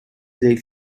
their